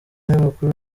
y’abakuru